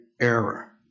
error